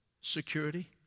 security